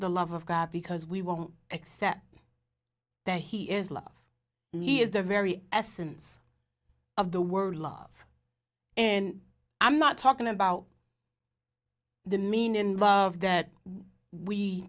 the love of god because we won't accept that he is live near the very essence of the word love and i'm not talking about the meaning of that we